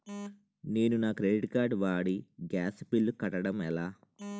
నేను నా credit card వాడి గ్యాస్ బిల్లు కట్టడం ఎలా?